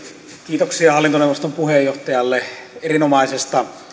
kiitoksia hallintoneuvoston puheenjohtajalle erinomaisesta